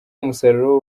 umusaruro